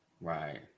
Right